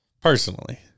Personally